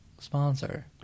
sponsor